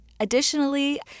Additionally